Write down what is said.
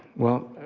well,